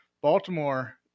Baltimore –